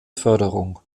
förderung